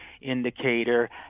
indicator